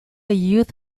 youth